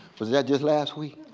was that just last week?